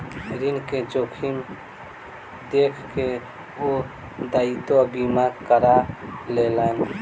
ऋण के जोखिम देख के ओ दायित्व बीमा करा लेलैन